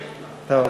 נכון.